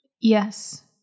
Yes